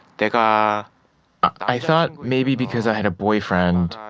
like um ah i thought maybe because i had a boyfriend,